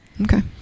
Okay